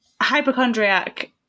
Hypochondriac